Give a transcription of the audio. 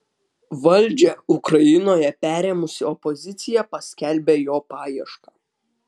valdžią ukrainoje perėmusi opozicija paskelbė jo paiešką